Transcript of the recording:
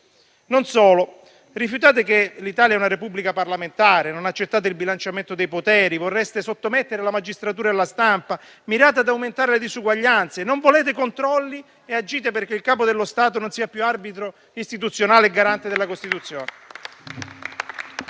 Non solo, rifiutate che l'Italia sia una Repubblica parlamentare, non accettate il bilanciamento dei poteri, vorreste sottomettere la magistratura e la stampa, mirate ad aumentare le disuguaglianze, non volete controlli e agite perché il Capo dello Stato non sia più arbitro istituzionale e garante della Costituzione.